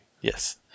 Yes